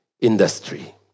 industry